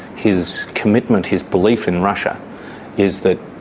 his commitment, his belief in russia is that,